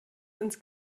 ins